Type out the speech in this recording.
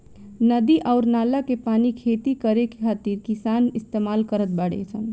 नदी अउर नाला के पानी खेती करे खातिर किसान इस्तमाल करत बाडे सन